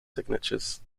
signatures